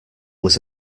was